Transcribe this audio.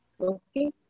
okay